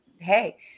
hey